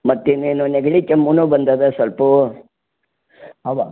ಮತ್ತು ಇನ್ನೇನು ನೆಗಡಿ ಕೆಮ್ಮುನೂ ಬಂದಿದ ಸ್ವಲ್ಪ ಅವೆ